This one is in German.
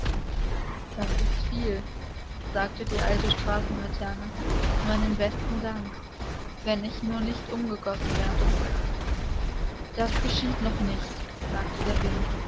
das ist viel sagte die alte straßenlaterne meinen besten dank wenn ich nur nicht umgegossen werde das geschieht noch nicht sagte der wind